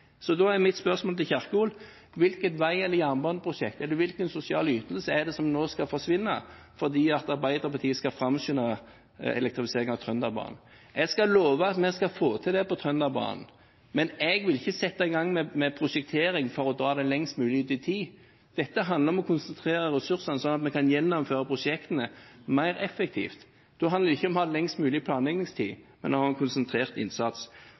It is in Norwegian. Mitt spørsmål til Kjerkol er: Hvilket vei- eller jernbaneprosjekt, eller hvilken sosial ytelse er det som nå skal forsvinne fordi Arbeiderpartiet skal framskynde elektrifisering av Trønderbanen? Jeg skal love at vi skal få til det på Trønderbanen, men jeg vil ikke sette i gang med prosjektering for å dra det lengst mulig ut i tid. Dette handler om å konsentrere ressursene sånn at vi kan gjennomføre prosjektene mer effektivt. Da handler det ikke om å ha lengst mulig planleggingstid, men om å ha konsentrert innsats.